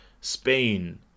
spain